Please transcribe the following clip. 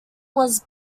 was